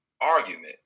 argument